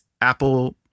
Apple